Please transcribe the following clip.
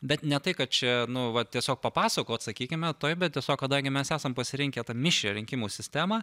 bet ne tai kad čia nu va tiesiog papasakot sakykime taip bet tiesiog kadangi mes esam pasirinkę mišrią rinkimų sistemą